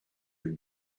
him